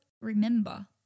remember